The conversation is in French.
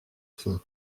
faim